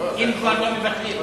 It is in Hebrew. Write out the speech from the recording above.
אם כבר לא מוותרים.